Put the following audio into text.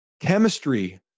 chemistry